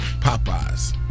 Popeye's